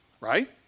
right